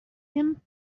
him